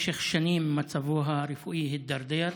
משך שנים מצבו הרפואי הידרדר,